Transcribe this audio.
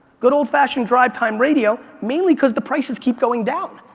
good old fashioned drive-time radio, mainly because the prices keep going down.